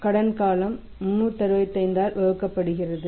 கடன் காலம் 365 ஆல் வகுக்கப்படுகிறது